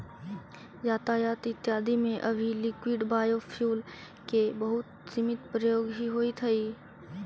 यातायात इत्यादि में अभी लिक्विड बायोफ्यूल के बहुत सीमित प्रयोग ही होइत हई